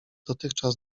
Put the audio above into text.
dotychczas